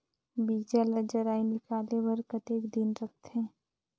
बीजा ला जराई निकाले बार कतेक दिन रखथे?